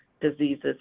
diseases